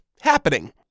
happening